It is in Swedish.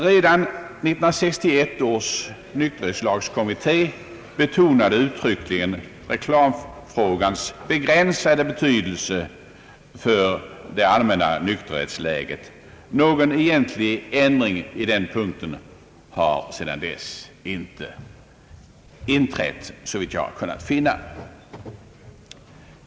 Redan 1961 års nykterhetslagskommitté betonade uttryckligen reklamfrågans begränsade betydelse för det allmänna nykterhetsläget. Någon egentlig ändring i den punkten har sedan dess inte inträtt, såvitt jag har kunnat finna.